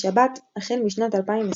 בשבת, החל משנת 2020,